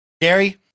gary